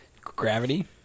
gravity